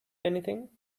anything